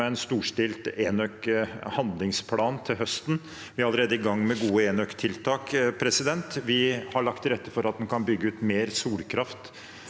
en storstilt enøkhandlingsplan til høsten. Vi er allerede i gang med gode enøktiltak. Vi har lagt til rette for at en kan bygge ut mer solkraft